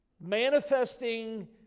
Manifesting